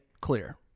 clear